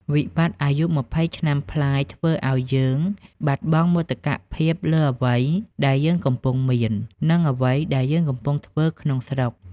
វិបត្តិអាយុ២០ឆ្នាំប្លាយធ្វើឱ្យយើងបាត់បង់មោទកភាពលើអ្វីដែលយើងកំពុងមាន និងអ្វីដែលយើងកំពុងធ្វើក្នុងស្រុក។